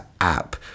app